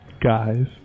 guys